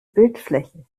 bildfläche